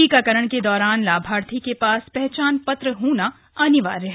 टीकाकरण के दौरान लाभार्थी के पास पहचान पत्र होना जरूरी है